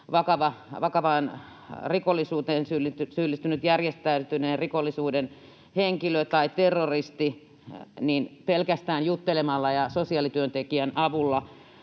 vakavaan rikollisuuteen syyllistynyt järjestäytyneen rikollisuuden henkilö tai terroristi pelkästään juttelemalla ja sosiaalityöntekijän avulla